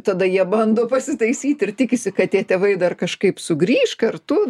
tada jie bando pasitaisyt ir tikisi kad tie tėvai dar kažkaip sugrįš kartu